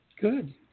Good